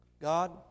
God